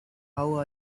how